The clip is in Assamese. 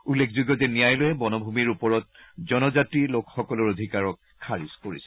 উল্লেখযোগ্য যে ন্যায়ালয়ে বনভূমিৰ ওপৰত জনজাতি লোকসকলৰ অধিকাৰক খাৰিজ কৰিছে